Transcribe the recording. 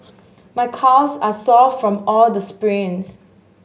my calves are sore from all the sprints